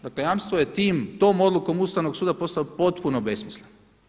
Dakle jamstvo je tim, tom odlukom Ustavnog suda postao potpuno besmislen.